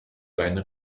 seine